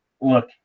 look